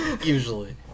Usually